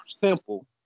simple